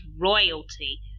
royalty